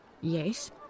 Yes